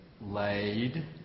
laid